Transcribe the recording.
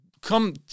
come